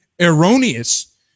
erroneous